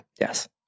yes